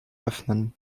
öffnen